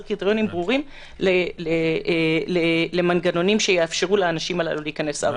קריטריונים ברורים למנגנונים שיאפשרו לאנשים הללו להיכנס ארצה.